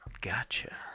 Gotcha